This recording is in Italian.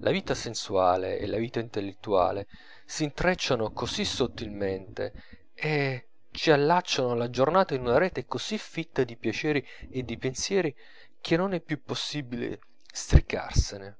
la vita sensuale e la vita intellettuale si intrecciano così sottilmente e ci allacciano la giornata in una rete così fitta di piaceri e di pensieri che non è più possibile stricarsene